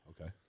Okay